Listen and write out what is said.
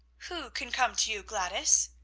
who can come to you, gladys?